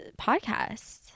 podcast